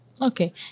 Okay